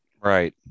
Right